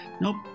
Nope